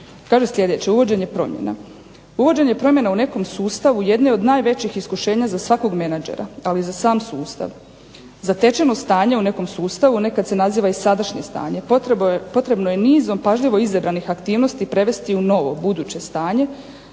Kaže sljedeće, uvođenje promjena. Uvođenje promjena u nekom sustavu jedno je od najvećih iskušenja za svakog menadžera ali i za sam sustav. Zatečeno stanje u nekom sustavu nekad se naziva i sadašnje stanje. Potrebno je nizom pažljivo izabranih aktivnosti prevesti u novo buduće stanje,